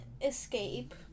escape